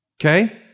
Okay